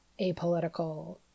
apolitical